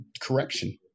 correction